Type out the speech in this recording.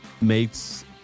makes